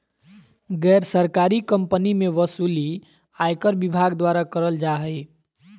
गैर सरकारी कम्पनी के वसूली आयकर विभाग द्वारा करल जा हय